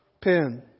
pen